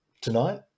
tonight